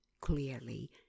clearly